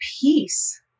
peace